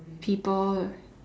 people